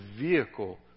vehicle